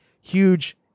huge